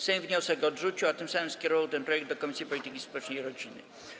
Sejm wniosek odrzucił, a tym samym skierował ten projekt do Komisji Polityki Społecznej i Rodziny.